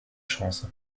chance